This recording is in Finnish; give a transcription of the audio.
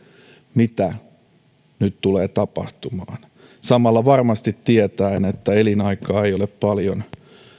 mitä nyt tulee tapahtumaan samalla varmasti tietäen että elinaikaa ei ole paljon